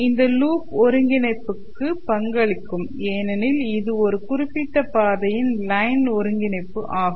இந்த லூப் ஒருங்கிணைப்புக்கு பங்களிக்கும் ஏனெனில் இது ஒரு குறிப்பிட்ட பாதையின் லைன் ஒருங்கிணைப்பு ஆகும்